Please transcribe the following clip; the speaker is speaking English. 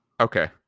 Okay